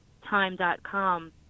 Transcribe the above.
Time.com